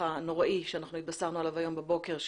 הנוראי שאנחנו התבשרנו עליו היום בבוקר,